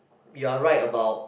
you're right about